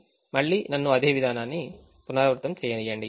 కాబట్టి మళ్లీ నన్ను అదే విధానాన్ని పునరావృతం చేయనివ్వండి